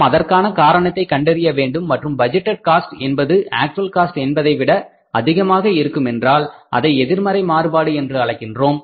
நாம் அதற்கான காரணத்தை கண்டறிய வேண்டும் மற்றும் பட்ஜெட்டேட் காஸ்ட் என்பது ஆக்ச்வல் காஸ்ட் என்பதை விட அதிகமாக இருக்குமென்றால் அதை எதிர்மறை மாறுபாடு என்று அழைக்கின்றோம்